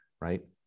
right